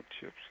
chips